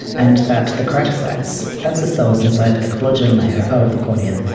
and that the keratocytes, that's the cells inside the the collagen layer of the cornea,